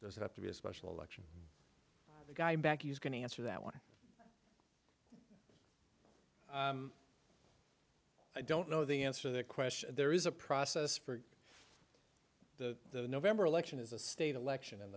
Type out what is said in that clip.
does it have to be a special election the guy back is going to answer that one i don't know the answer the question there is a process for the november election is a state election and